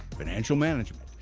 financial management,